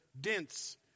dents